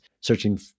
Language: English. searching